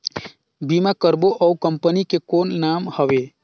बीमा करबो ओ कंपनी के कौन नाम हवे?